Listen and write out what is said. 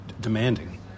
demanding